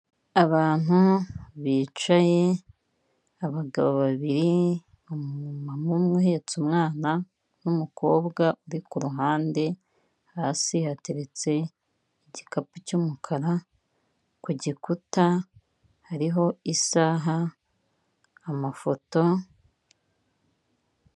Abantu bicaye abagabo babiri umumama umwe uhetse umwana n'umukobwa uri kuruhande hasi hateretse igikapu cy'umukara ku gikuta hariho isaha, amafoto.